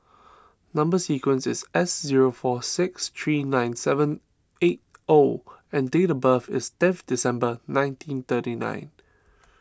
Number Sequence is S zero four six three nine seven eight O and date of birth is tenth December nineteen thirty nine